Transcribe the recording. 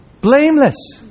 blameless